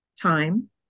time